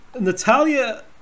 Natalia